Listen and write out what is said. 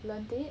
learnt it